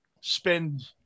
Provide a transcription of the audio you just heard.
spend